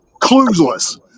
clueless